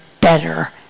better